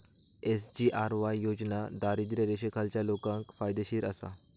SGRY योजना दारिद्र्य रेषेखालच्या लोकांका फायदेशीर आसा